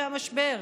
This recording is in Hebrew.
והמשבר.